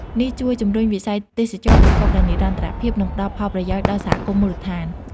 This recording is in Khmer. នេះជួយ ជំរុញវិស័យទេសចរណ៍ប្រកបដោយនិរន្តរភាព និងផ្តល់ផលប្រយោជន៍ដល់សហគមន៍មូលដ្ឋាន។